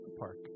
park